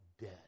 dead